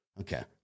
okay